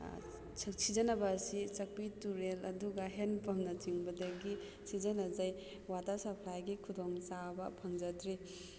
ꯁꯤꯖꯤꯟꯅꯕ ꯑꯁꯤ ꯆꯛꯄꯤ ꯇꯨꯔꯦꯜ ꯑꯗꯨꯒ ꯍꯦꯟ ꯄꯝꯅꯆꯤꯡꯕꯗꯒꯤ ꯁꯤꯖꯤꯟꯅꯖꯩ ꯋꯥꯇꯔ ꯁꯄ꯭ꯂꯥꯏꯒꯤ ꯈꯨꯗꯣꯡꯆꯥꯕ ꯐꯪꯖꯗ꯭ꯔꯤ